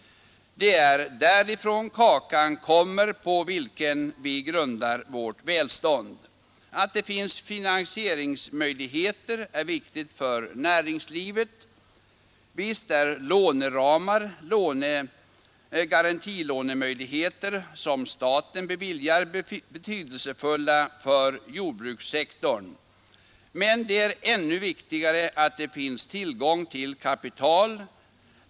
Det är därifrån kakan kommer på vilken vi grundar vårt välstånd. Att det finns finansieringsmöjligheter är viktigt för näringslivet. Visst är låneramar och garantilånemöjligheter som staten beviljar betydelsefulla för jordbrukssektorn. Men det är ännu viktigare att det finns tillgång till kapital.